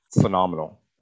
phenomenal